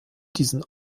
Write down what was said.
diesen